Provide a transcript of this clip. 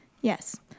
yes